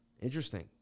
Interesting